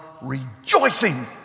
rejoicing